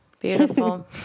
Beautiful